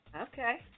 Okay